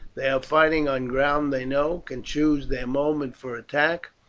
they are fighting on ground they know, can choose their moment for attack,